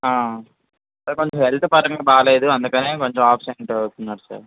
అతని హెల్త్ పరంగా బాగా లేదు అందుకనే ఆబ్సెంట్ అవుతున్నాడు సార్